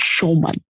showman